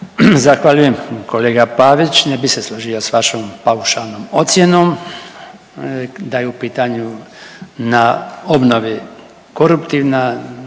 Zahvaljujem kolega Pavić. Ne bi se složio s vašom paušalnom ocjenom da je u pitanju na obnovi koruptivna